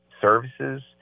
services